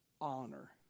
honor